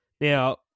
Now